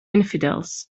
infidels